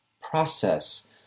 Process